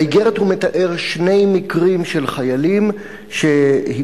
באיגרת הוא מתאר שני מקרים של חיילים שהדליפו,